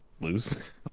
lose